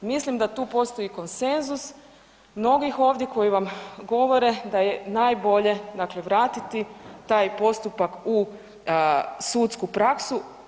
Mislim da tu postoji konsenzus mnogih ovdje koji vam govore da je najbolje dakle vratiti taj postupak u sudsku praksu.